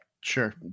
Sure